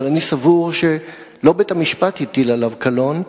אבל אני סבור שלא בית-המשפט הטיל עליו קלון,